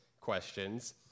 questions